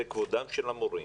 זה כבודם של המורים,